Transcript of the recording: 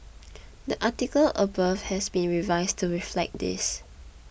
the article above has been revised to reflect this